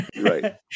Right